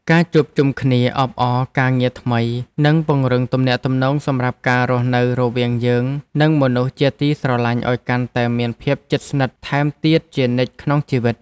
ការជួបជុំគ្នាអបអរការងារថ្មីនឹងពង្រឹងទំនាក់ទំនងសម្រាប់ការរស់នៅរវាងយើងនិងមនុស្សជាទីស្រឡាញ់ឱ្យកាន់តែមានភាពជិតស្និទ្ធថែមទៀតជានិច្ចក្នុងជីវិត។